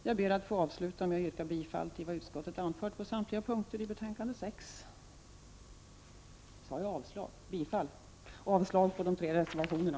Jag ber att få avsluta med att yrka bifall till vad utskottet anför på samtliga punkter i betänkande 6 och avslag på de tre reservationerna.